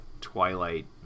twilight